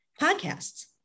podcasts